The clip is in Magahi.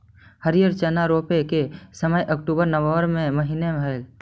हरिअर चना रोपे के समय अक्टूबर नवंबर के महीना हइ